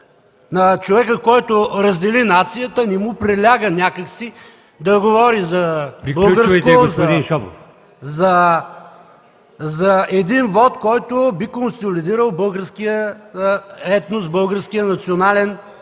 На човека, който раздели нацията, не му приляга някак си да говори за българско, за един вот, който би консолидирал българският етнос, българският национален елемент